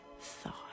thought